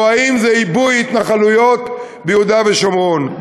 או ממשלה של עיבוי התנחלויות ביהודה ושומרון,